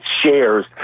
shares